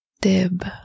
Dib